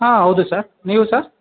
ಹಾಂ ಹೌದು ಸರ್ ನೀವು ಸ